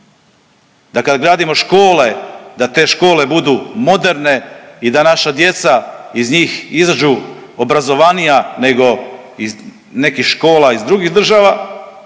da kad gradimo škole da te škole budu moderne i da naša djeca iz njih izađu obrazovanija nego iz nekih škola iz drugih država,